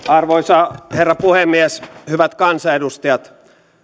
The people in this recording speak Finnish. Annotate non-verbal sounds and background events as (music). (unintelligible) arvoisa herra puhemies hyvät kansanedustajat